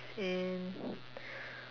and